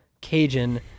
Cajun